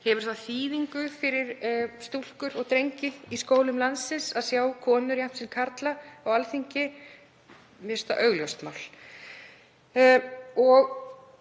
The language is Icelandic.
Hefur það þýðingu fyrir stúlkur og drengi í skólum landsins að sjá konur jafnt sem karla á Alþingi? Mér finnst það augljóst mál.